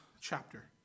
Chapter